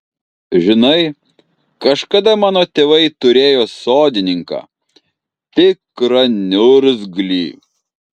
žinai kažkada mano tėvai turėjo sodininką tikrą niurgzlį